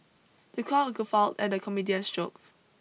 the crowd guffawed at the comedian's jokes